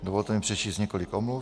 Dovolte mi přečíst několik omluv.